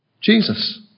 Jesus